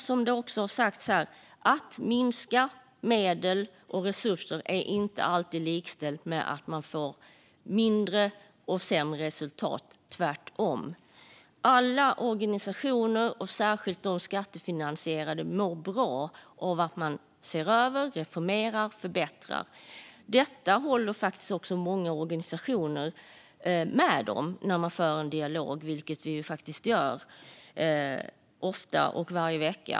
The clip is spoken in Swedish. Som har sagts här: Att minska medel och resurser är inte alltid likställt med att få mindre eller sämre resultat, tvärtom. Alla organisationer, och särskilt skattefinansierade, mår bra av att man ser över, reformerar och förbättrar. Detta håller faktiskt många organisationer med om när man för en dialog med dem, vilket vi faktiskt gör varje vecka.